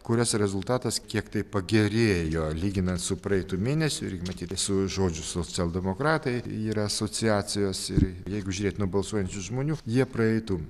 kurios rezultatas kiek tai pagerėjo lyginant su praeitu mėnesiu irgi matyt su žodžiu socialdemokratai yra asociacijos ir jeigu žiūrėt nuo balsuojančių žmonių jie praeitų